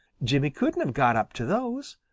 jimmy couldn't have got up to those.